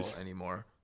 anymore